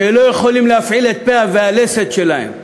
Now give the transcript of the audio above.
שלא יכולים להפעיל את הפה והלסת שלהם,